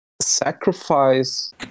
sacrifice